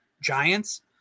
Giants